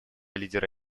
лидера